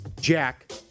jack